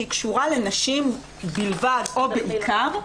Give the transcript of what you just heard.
שהיא קשורה לנשים בלבד או בעיקר,